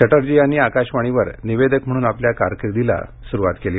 चटर्जी यांनी आकाशवाणीवर निवेदक म्हणून आपल्या कारकिर्दीला सुरुवात केली